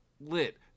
lit